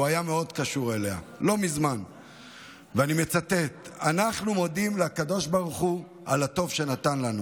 שהוא היה מאוד קשור אליה: אנחנו מודים לקדוש ברוך הוא על הטוב שנתן לנו